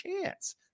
chance